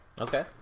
Okay